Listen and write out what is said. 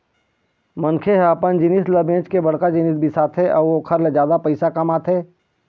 मनखे ह अपने जिनिस ल बेंच के बड़का जिनिस बिसाथे अउ ओखर ले जादा पइसा कमाथे